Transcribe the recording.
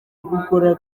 gukora